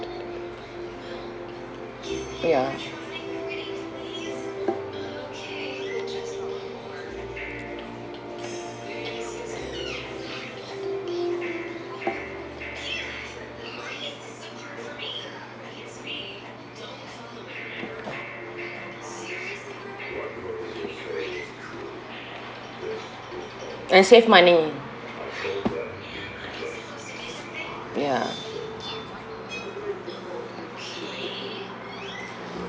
ya and save money ya